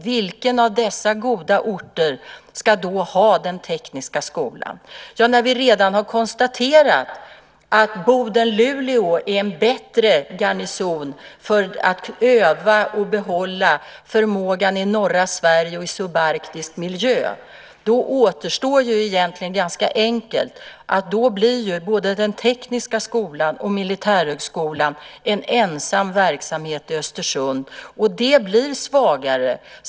Vilken av dessa båda orter ska ha den tekniska skolan? Vi har redan konstaterat att Boden/Luleå är en bättre garnison när det gäller att öva och behålla förmågan i norra Sverige och i subarktisk miljö. Då blir både den tekniska skolan och militärhögskolan en ensam verksamhet i Östersund, vilket gör organisationen svagare.